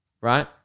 right